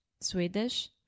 Swedish